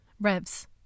Revs